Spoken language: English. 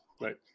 right